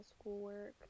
schoolwork